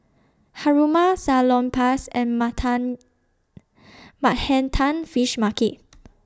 Haruma Salonpas and Manhattan Fish Market